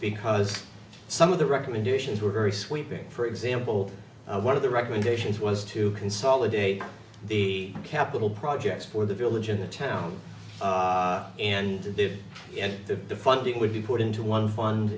because some of the recommendations were very sweeping for example one of the recommendations was to consolidate the capital projects for the village in the town and give the funding would be put into one fund